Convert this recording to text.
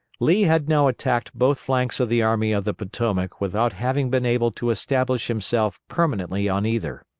lee had now attacked both flanks of the army of the potomac without having been able to establish himself permanently on either.